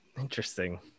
interesting